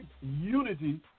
unity